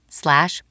slash